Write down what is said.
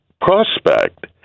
prospect